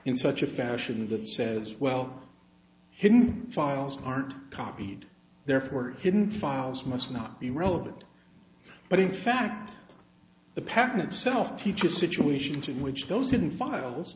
in such a fashion that says well hidden files aren't copied therefore hidden files must not be relevant but in fact the pattern itself teaches situations in which those hidden files